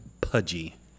pudgy